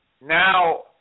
Now